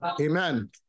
Amen